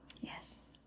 Yes